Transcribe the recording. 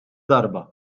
darba